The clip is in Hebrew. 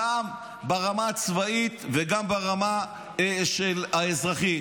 גם ברמה הצבאית וגם ברמה האזרחית,